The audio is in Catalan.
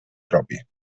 propi